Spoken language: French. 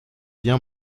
bien